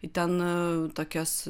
į ten tokias